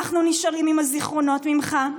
אנחנו נשארים עם הזיכרונות ממך,